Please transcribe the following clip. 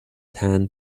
tan